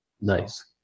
Nice